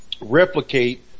replicate